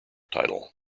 title